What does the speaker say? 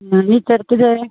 आनी तर कितें